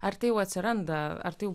ar tai jau atsiranda ar taip